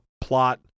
plot